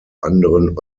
anderen